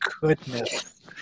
Goodness